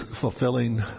fulfilling